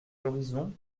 l’horizon